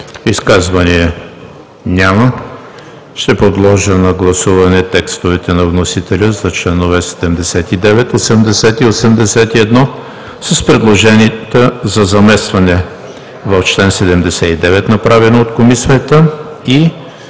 Изказвания? Няма. Ще подложа на гласуване текстовете на вносителя за членове 79, 80 и 81 с предложенията за заместване в чл. 79, направено от Комисията, и